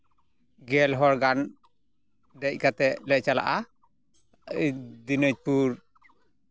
ᱜᱮᱞ ᱦᱚᱲ ᱜᱟᱱ ᱫᱮᱡ ᱠᱟᱛᱮᱫ ᱞᱮ ᱪᱟᱞᱟᱜᱼᱟ ᱫᱤᱱᱟᱡᱽᱯᱩᱨ